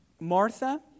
Martha